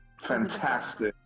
Fantastic